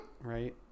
Right